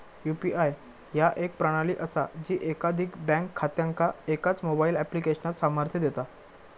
UPI ह्या एक प्रणाली असा जी एकाधिक बँक खात्यांका एकाच मोबाईल ऍप्लिकेशनात सामर्थ्य देता